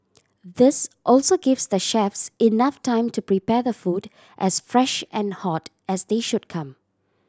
this also gives the chefs enough time to prepare the food as fresh and hot as they should come